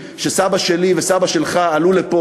שסבא שלי וסבא שלך עלו אליה,